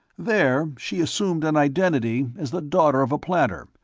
there she assumed an identity as the daughter of a planter,